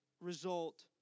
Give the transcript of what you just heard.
result